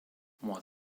while